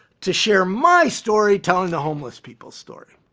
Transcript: to share my story telling the homeless people's story.